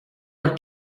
are